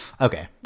okay